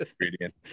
ingredient